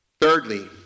Thirdly